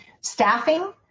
staffing